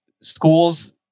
schools